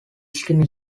skin